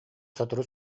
сотору